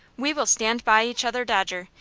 we will stand by each other, dodger.